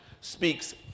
speaks